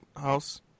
house